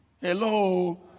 Hello